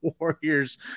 Warriors